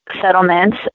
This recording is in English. settlements